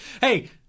Hey